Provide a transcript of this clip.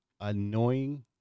annoying